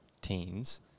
teens